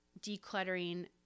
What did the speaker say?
decluttering